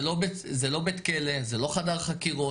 זה לא בית כלא, זה לא חדר חקירות,